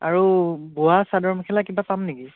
আৰু বোৱা চাদৰ মেখেলা কিবা পাম নেকি